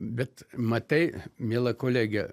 bet matai miela kolege